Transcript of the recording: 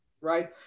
right